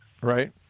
Right